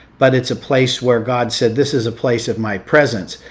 but it's a place where god said, this is a place of my presence.